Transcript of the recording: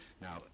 Now